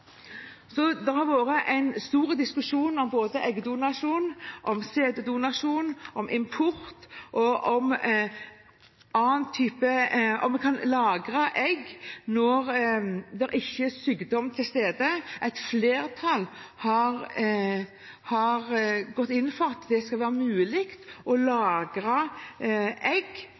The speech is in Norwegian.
Så det har vært en stor diskusjon både om eggdonasjon, om sæddonasjon, om import og om en kan lagre egg når det ikke er sykdom til stede. Et flertall har gått inn for at det skal være mulig å lagre egg